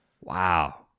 Wow